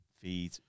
feed